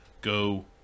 go